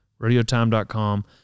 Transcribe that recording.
Radiotime.com